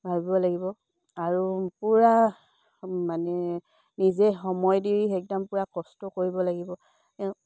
ভাবিব লাগিব আৰু পূৰা মানে নিজে সময় দি একদম পূৰা কষ্ট কৰিব লাগিব